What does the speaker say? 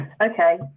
Okay